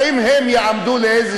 האם הם יעמדו לאיזה